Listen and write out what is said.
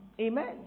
Amen